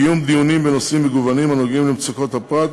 קיום דיונים בנושאים מגוונים הנוגעים במצוקות הפרט,